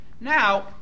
Now